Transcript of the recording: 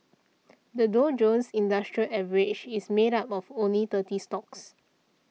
the Dow Jones Industrial Average is made up of only thirty stocks